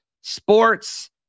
sports